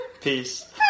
Peace